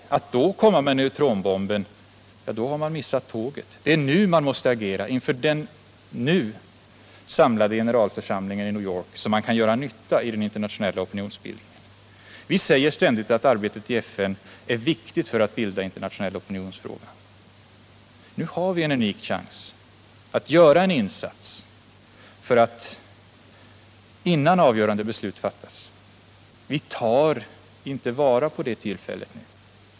Om man då kommer med neutronbomben, så har man missat tåget. Det är nu man måste agera, inför den nu samlade generalförsamlingen i New York. Det är nu man kan göra nytta i den internationella opinionsbildningen! Vi säger ständigt att arbetet i FN är viktigt för att bilda internationell opinion i olika frågor. Nu har vi en unik chans att innan avgörande beslut fattas göra en insats. Men vi tar inte vara på det tillfället nu.